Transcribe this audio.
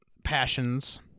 passions